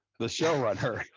the showrunner,